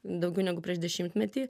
daugiau negu prieš dešimtmetį